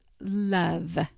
love